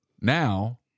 Now